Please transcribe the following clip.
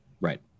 Right